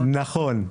נכון.